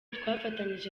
twafatanyije